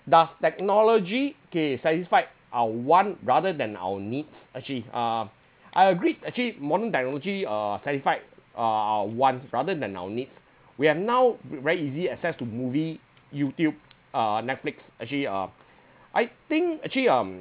does technology K satisfied our want rather than our needs actually uh I agree actually modern technology uh satisfy our wants rather than our needs we have now very easy access to movie youtube uh netflix actually uh I think actually um